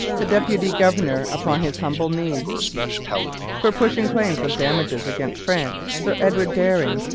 the deputy gov'r. upon his humble knees for pushing claims of damages against france, sir edward dering,